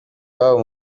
iwabo